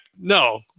no